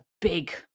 big